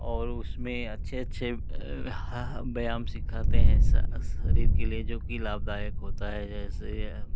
और उसमें अच्छे अच्छे हाँ व्यायाम सिखाते हैं शरीर के लिये जो कि लाभदायक होता हैं जैसे